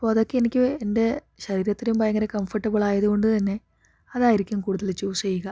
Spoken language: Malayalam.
അപ്പം അതൊക്കെ എനിക്ക് എൻ്റെ ശരീരത്തിനും ഭയങ്കര കംഫർട്ടബിള് ആയതുകൊണ്ടു തന്നെ അതായിരിക്കും കൂടുതല് ചൂസ് ചെയ്യുക